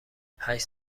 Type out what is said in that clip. هشت